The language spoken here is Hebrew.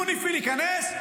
יוניפי"ל ייכנס,